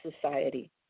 society